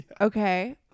Okay